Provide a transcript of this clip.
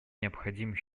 необходим